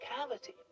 cavity